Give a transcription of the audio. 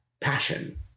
passion